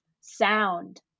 sound